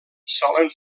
solen